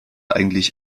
eigentlich